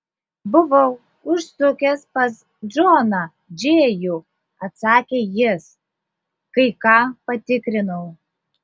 buvau užsukęs pas džoną džėjų atsakė jis kai ką patikrinau